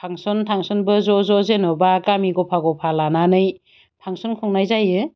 function थांसनबो ज' ज' जेन'बा गामि गफा गफा लानानै फांसन खुंनाय जायो